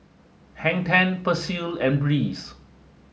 Hang Ten Persil and Breeze